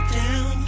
down